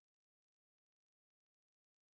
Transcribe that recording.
ya If I can